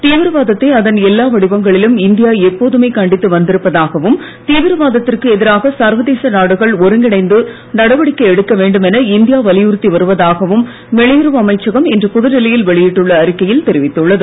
தீவிரவாதத்தை அதன் எல்லா வடிவங்களிலும் இந்தியா எப்போதுமே கண்டித்து வந்திருப்பதாகவும் தீவிரவாதத்திற்கு எதிராக சர்வதேச நாடுகள் ஒருங்கிணைந்து நடவடிக்கை எடுக்க வேண்டுமென இந்தியா வலியுறுத்தி வருவதாகவும் வெளியுறவு அமைச்சகம் இன்று புதுடில்லி யில் வெளியிட்டுள்ள அறிக்கையில் தெரிவித்துள்ளது